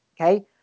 Okay